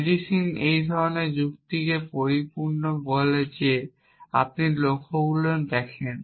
medicine এই ধরনের যুক্তিতে পরিপূর্ণ যে আপনি লক্ষণগুলি দেখেন